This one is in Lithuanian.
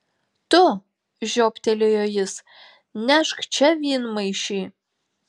tu žioptelėjo jis nešk čia vynmaišį